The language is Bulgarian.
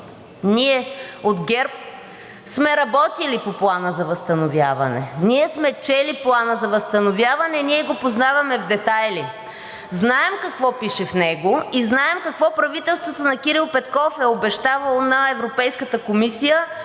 Ние от ГЕРБ сме работили по Плана за възстановяване. Ние сме чели Плана за възстановяване, ние го познаваме в детайли. Знаем, какво пише в него и знаем какво правителството на Кирил Петков е обещавало на Европейската комисия,